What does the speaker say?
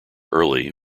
early